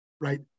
right